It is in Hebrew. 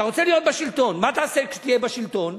אתה רוצה להיות בשלטון, מה תעשה כשתהיה בשלטון?